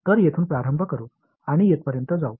तर येथून प्रारंभ करू आणि येथपर्यंत जाऊ